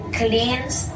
cleans